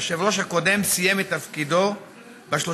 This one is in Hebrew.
היושב-ראש הקודם סיים את תפקידו ב-31